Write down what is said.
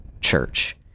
church